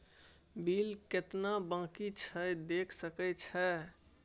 Bill केतना बाँकी छै देख सके छियै?